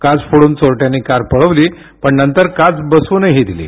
काच फोडून चोरट्यांनी कार पळवली पण नंतर काच बसवूनही दिली